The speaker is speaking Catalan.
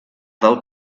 del